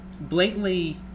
blatantly